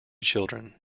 children